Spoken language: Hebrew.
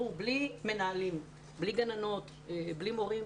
בלי מנהלים, בלי גננות ובלי מורים,